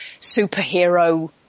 superhero